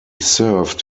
served